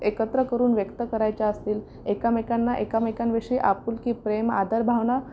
एकत्र करून व्यक्त करायच्या असतील एकमेकांना एकमेकांविषयी आपुलकी प्रेम आदर भावना